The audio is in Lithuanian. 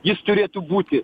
jis turėtų būti